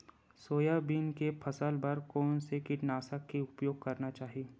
Soybean के फसल बर कोन से कीटनाशक के उपयोग करना चाहि?